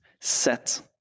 set